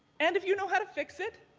and if you know how to fix it,